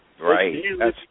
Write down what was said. Right